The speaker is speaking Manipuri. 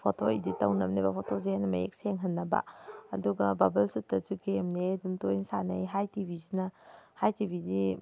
ꯐꯣꯇꯣ ꯏꯗꯤꯠ ꯇꯧꯅꯕꯅꯦꯕ ꯐꯣꯇꯣꯁꯦ ꯑꯩꯅ ꯃꯌꯦꯛ ꯁꯦꯡꯍꯟꯅꯕ ꯑꯗꯨꯒ ꯕꯕꯜ ꯁꯨꯇꯔꯁꯨ ꯒꯦꯝꯅꯦ ꯑꯗꯨꯝ ꯇꯣꯏꯅ ꯁꯥꯟꯅꯩ ꯍꯥꯏ ꯇꯤꯚꯤꯁꯤꯅ ꯍꯥꯏ ꯇꯤꯚꯤꯗꯤ